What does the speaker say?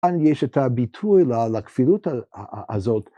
‫כאן יש את הביטוי ‫לכפילות הזאת.